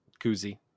koozie